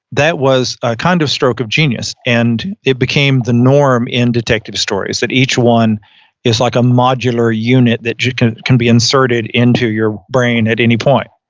that was a kind of stroke of genius and it became the norm in detective stories that each one is like a modular unit that can can be inserted into your brain at any point.